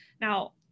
Now